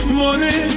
money